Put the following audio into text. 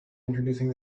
introducing